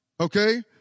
Okay